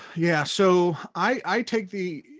yeah, so i take the